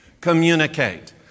communicate